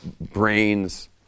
Brains